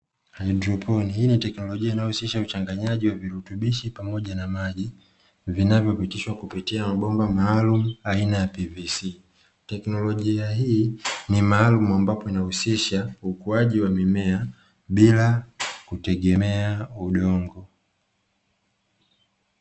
Haidroponi hii ni teknolojia inayohusisha uchanganyaji wa virutubisho pamoja na maji vinavyopitshwa kwenye mabomba maalumu aina ya "pvc". Teknolojia hii ni maalumu ambapo inahusisha ukuaji wa mimea bila kutegemea udongo.